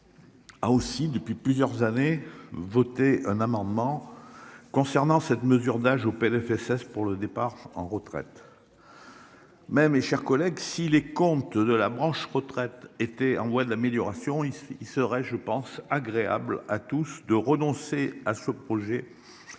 A aussi depuis plusieurs années. Voter un amendement. Concernant cette mesure d'âge au PLFSS pour le départ en retraite. Mais mes chers collègues, si les comptes de la branche retraite était en voie de l'amélioration. Il serait je pense agréable à tous de renoncer à ce projet.